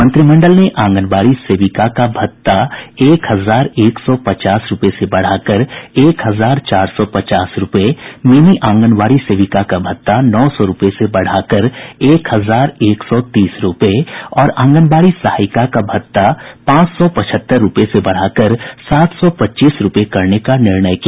मंत्रिमंडल ने आंगनबाड़ी सेविका का भत्ता एक हजार एक सौ पचास रूपये से बढ़ाकर एक हजार चार सौ पचास रूपये मिनी आंगनबाड़ी सेविका का भत्ता नौ सौ रूपये से बढ़ाकर एक हजार एक सौ तीस रूपये और आंगनबाड़ी सहायिका का भत्ता पांच सौ पचहत्तर रूपये से बढ़ाकर सात सौ पच्चीस रूपये करने का निर्णय किया